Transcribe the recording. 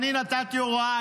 אני נתתי הוראה,